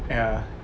ya